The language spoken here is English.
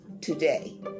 today